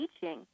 teaching